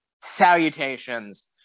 salutations